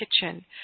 kitchen